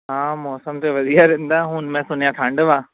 ਹਾਂ ਮੌਸਮ ਤਾਂ ਵਧੀਆ ਰਹਿੰਦਾ ਹੁਣ ਮੈਂ ਸੁਣਿਆ ਠੰਡ ਵਾ